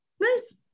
Nice